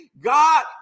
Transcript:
God